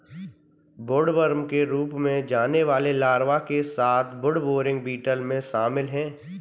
woodworm के रूप में जाने वाले लार्वा के साथ वुडबोरिंग बीटल में शामिल हैं